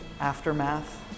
aftermath